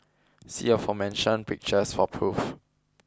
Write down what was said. see aforementioned pictures for proof